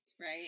right